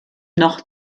noch